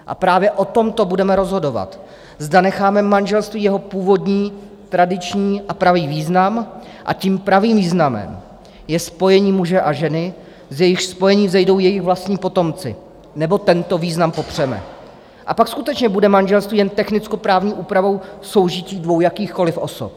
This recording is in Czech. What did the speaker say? A právě o tomto budeme rozhodovat, zda necháme manželství jeho původní, tradiční a pravý význam, a tím pravým významem je spojení muže a ženy, z jejichž spojení vzejdou jejich vlastní potomci, nebo tento význam popřeme a pak skutečně bude manželství jen technickoprávní úpravou soužití dvou jakýchkoliv osob.